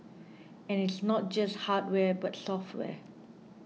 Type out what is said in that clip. and it's not just hardware but software